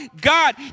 God